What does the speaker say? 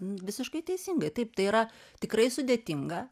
visiškai teisingai taip tai yra tikrai sudėtinga